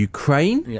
Ukraine